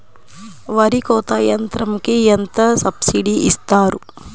వరి కోత యంత్రంకి ఎంత సబ్సిడీ ఇస్తారు?